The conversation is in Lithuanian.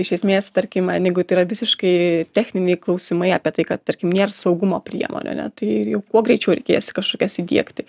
iš esmės tarkim jeigu tai yra visiškai techniniai klausimai apie tai kad tarkim nėr saugumo priemonių ane tai jau kuo greičiau reikias jas kažkokias įdiegti